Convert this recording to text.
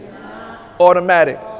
automatic